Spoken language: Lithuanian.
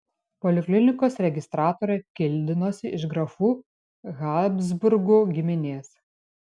poliklinikos registratorė kildinosi iš grafų habsburgų giminės